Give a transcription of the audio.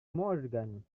morgan